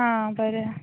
आ बरें